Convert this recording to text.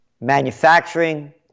Manufacturing